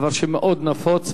דבר שמאוד נפוץ,